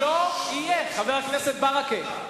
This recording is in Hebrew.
לא יהיה, חבר הכנסת ברכה.